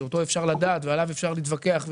שאותו אפשר לדעת ושעליו אפשר להתווכח,